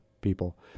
people